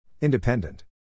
independent